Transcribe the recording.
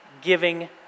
giving